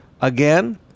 again